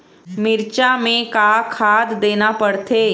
मिरचा मे का खाद देना पड़थे?